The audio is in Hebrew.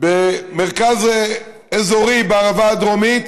במרכז אזורי בערבה הדרומית,